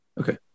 Okay